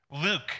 Luke